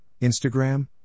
Instagram